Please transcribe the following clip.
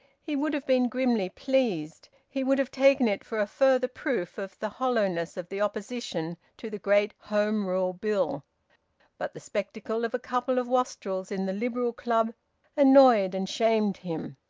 he would have been grimly pleased. he would have taken it for a further proof of the hollowness of the opposition to the great home rule bill but the spectacle of a couple of wastrels in the liberal club annoyed and shamed him.